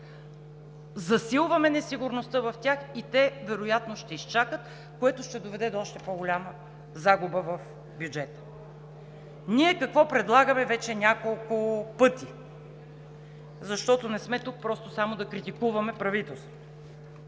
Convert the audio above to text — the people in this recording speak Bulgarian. засилваме несигурността в тях и те вероятно ще изчакат, което ще доведе до още по-голяма загуба в бюджета. Ние какво предлагаме вече няколко пъти, защото не сме тук просто само да критикуваме правителството?